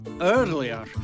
earlier